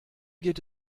geht